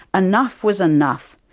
enough was enough!